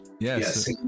yes